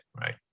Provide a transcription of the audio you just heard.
right